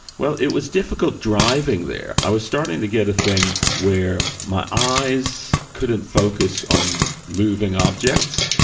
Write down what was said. well it was difficult driving there, i was starting to get a thing where my eyes couldn't focus on moving objects,